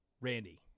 Randy